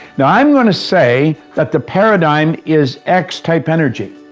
now i'm going to say that the paradigm is x-type energy.